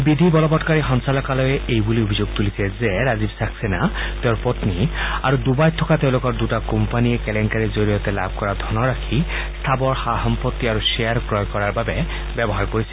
বিধি বলবৎকাৰী সঞ্চালকালয়ে এইবুলি অভিযোগ তুলিছে যে ৰাজীৱ ছাক্সেনা তেওঁৰ পপ্নী আৰু ডুবাইত থকা তেওঁলোকৰ দুটা কোম্পানীয়ে কেলেংকাৰীৰ জৰিয়তে লাভ কৰা ধনৰাশি স্থাবৰ সা সম্পত্তি আৰু শ্বেয়াৰ ক্ৰয় কৰাৰ বাবে ব্যৱহাৰ কৰিছিল